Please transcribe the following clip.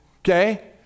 okay